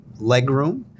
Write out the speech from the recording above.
legroom